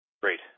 Great